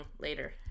later